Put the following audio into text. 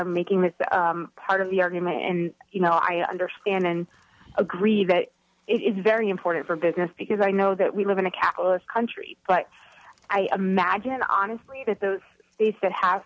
are making that part of the argument and you know i understand and agree that it's very important for business because i know that we live in a capitalist country but i imagine honestly that those days that have